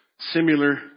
Similar